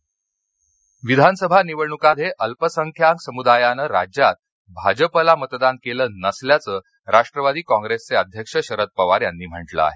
शरद पवार विधानसभा निवडणूकांमध्ये अल्पसंख्याक समुदायाने राज्यात भाजपला मतदान केलं नसल्याचं राष्ट्रवादी काँग्रेसचे अध्यक्ष शरद पवार यांनी म्हटलं आहे